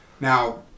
Now